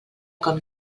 com